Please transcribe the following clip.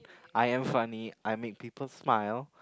I am funny I make people smile